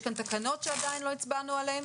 יש כאן תקנות שעדיין לא הצבענו עליהן.